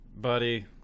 Buddy